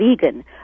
vegan